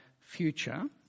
future